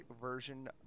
version